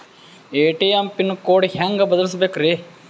ATM pin code ಹೆಂಗ್ ಬದಲ್ಸ್ಬೇಕ್ರಿ?